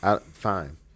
Fine